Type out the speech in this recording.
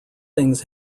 things